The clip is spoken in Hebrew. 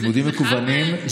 זאת לא הכוונה.